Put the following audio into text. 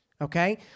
okay